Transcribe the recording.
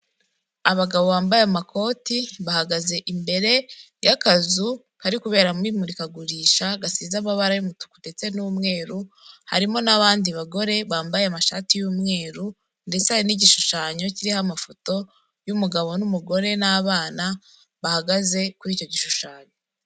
Abagabo bambaye amakoti bahagaze imbere y'akazu kari kubera mu imurikagurisha, gasize amabara y'umutuku ndetse n'umweru, harimo n'abandi bagore bambaye amashati y'umweru, ndetse hari n'igishushanyo kiriho amafoto y'umugabo n'umugore n'abana bahagaze kuri icyo gishushanyo.